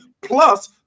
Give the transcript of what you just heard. plus